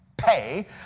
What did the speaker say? Pay